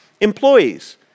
Employees